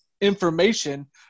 information